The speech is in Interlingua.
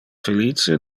felice